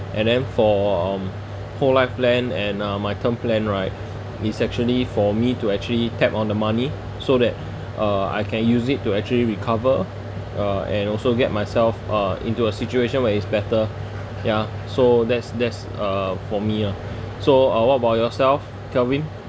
and then for um whole life plan and uh my term plan right it's actually for me to actually tap on the money so that uh I can use it to actually recover uh and also get myself uh into a situation when it's better ya so that's that's uh for me ah so uh what about yourself kelvin